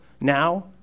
Now